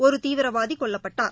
ஒரு தீவிரவாதி கொல்லப்பட்டார்